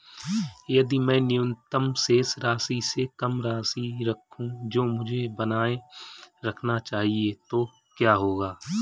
यदि मैं न्यूनतम शेष राशि से कम राशि रखूं जो मुझे बनाए रखना चाहिए तो क्या होगा?